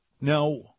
Now